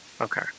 Okay